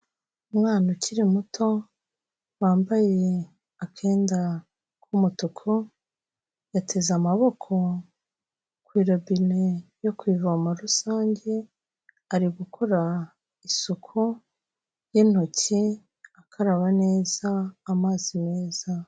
Umwana ukiri muto wambaye akenda k'umutuku, yateze amaboko ku irobine yo ku ivomo rusange, ari gukora isuku y'intoki akaraba neza amazi meza.